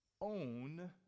own